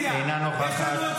אינה נוכחת,